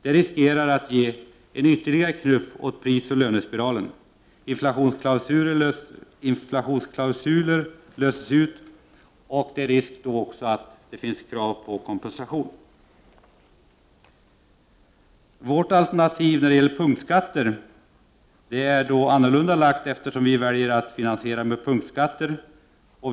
Det innebär en risk för att prisoch lönespiralen ges ytterligare en knuff. Inflationsklausuler löses ut och kan komma att innebära krav på kompensation. Vårt alternativ är annorlunda, eftersom vi väljer att finansiera med punktskatter.